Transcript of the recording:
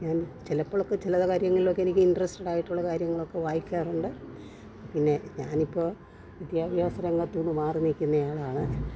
ഞാൻ ചിലപ്പോളൊക്കെ ചില കാര്യങ്ങളിലൊക്കെ എനിക്ക് ഇൻട്രസ്റ്റഡ് ആയിട്ടുള്ള കാര്യങ്ങളൊക്കെ വായിക്കാറുണ്ട് പിന്നെ ഞാനിപ്പോൾ വിദ്യാഭ്യാസരംഗത്തുനിന്ന് മാറിനിൽക്കുന്ന ആളാണ്